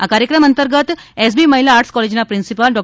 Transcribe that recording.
આ કાર્યક્રમ અંતર્ગત એસ બી મહિલા આર્ટસ કોલેજના પ્રિન્સિપાલ ડો